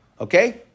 Okay